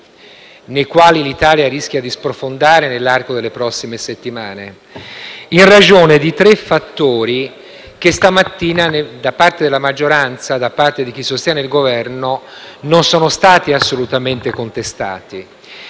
nei quali l'Italia potrebbe sprofondare nell'arco delle prossime settimane, in ragione di tre fattori che questa mattina, da parte della maggioranza e di chi sostiene il Governo, non sono stati assolutamente contestati.